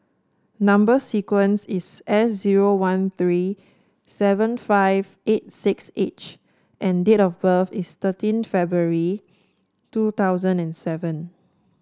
number sequence is S zero one three seven five eight six H and date of birth is thirteen February two thousand and seven